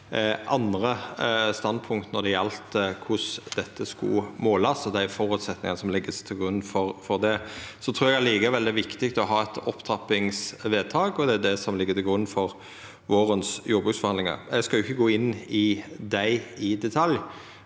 andre standpunkt når det gjaldt korleis dette skulle målast, og dei føresetnadene som låg til grunn for det. Likevel trur eg det er viktig å ha eit opptrappingsvedtak, og det er det som ligg til grunn for vårens jordbruksforhandlingar. Eg skal ikkje gå inn i dei i detalj,